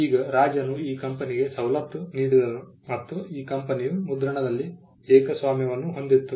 ಈಗ ರಾಜನು ಈ ಕಂಪನಿಗೆ ಸವಲತ್ತು ನೀಡಿದನು ಮತ್ತು ಈ ಕಂಪನಿಯು ಮುದ್ರಣದಲ್ಲಿ ಏಕಸ್ವಾಮ್ಯವನ್ನು ಹೊಂದಿತ್ತು